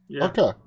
Okay